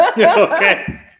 Okay